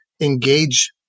engage